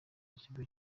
ikigo